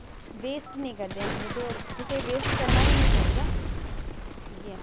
waste नी करदे हैन फूड और कुसे वेस्ट करना बी नी चाहिदा इयै